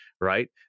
right